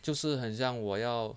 就是很像我要